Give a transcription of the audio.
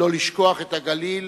לא לשכוח את הגליל,